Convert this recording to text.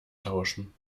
tauschen